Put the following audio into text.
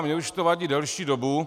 Mně už to vadí delší dobu.